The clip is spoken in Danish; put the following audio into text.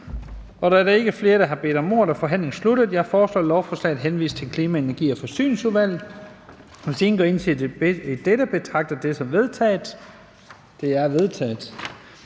Da der ikke er flere, der har bedt om ordet, er forhandlingen sluttet. Jeg foreslår, at lovforslaget henvises til Klima-, Energi- og Forsyningsudvalget. Hvis ingen gør indsigelse, betragter jeg det som vedtaget. Det er vedtaget.